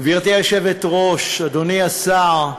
גברתי היושבת-ראש, אדוני השר,